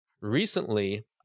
Recently